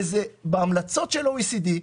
זה בהמלצות של ה-OECD ,